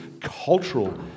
cultural